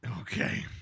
Okay